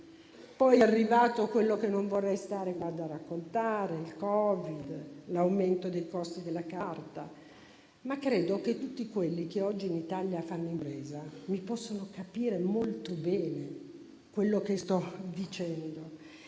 Poi sono arrivati quello che non vorrei stare qua a raccontare, il Covid, e quindi l'aumento dei costi della carta. Ma credo che tutti quelli che oggi in Italia fanno impresa possono capire molto bene quello che sto dicendo,